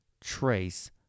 trace